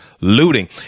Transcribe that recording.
looting